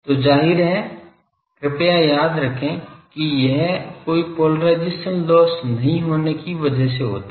तो जाहिर है कृपया याद रखें कि यह कोई पोलराइज़शन लॉस नहीं होने की वजह से होता है